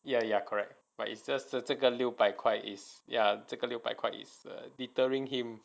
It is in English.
ya ya correct but it's just that 这个六百块 is ya 这个六百块 is uh deterring him